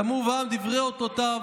שמו בם דברי אותותיו